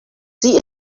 sie